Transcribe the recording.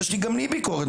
גם לי יש ביקורת.